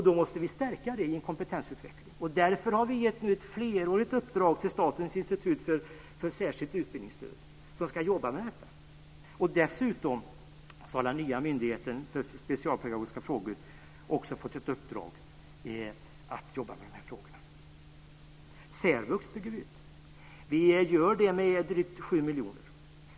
Då måste vi stärka den sidan i en kompetensutveckling. Därför har vi gett ett flerårigt uppdrag till Statens institut för särskilt utbildningsstöd, som ska jobba med detta. Dessutom har den nya myndigheten för specialpedagogiska frågor fått i uppdrag att jobba med de här frågorna. Särvux bygger vi ut med drygt 7 miljoner.